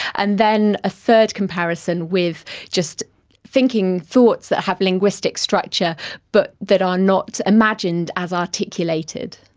and then a third comparison with just thinking thoughts that have linguistic structure but that are not imagined as articulated.